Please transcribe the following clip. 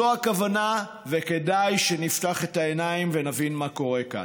זו הכוונה וכדאי שנפתח את העיניים ונבין מה קורה כאן.